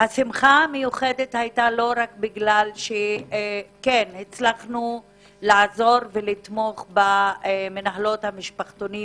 השמחה המיוחדת היתה לא רק כי הצלחנו לעזור ולתמוך במנהלות המשפחתונים